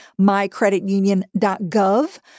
mycreditunion.gov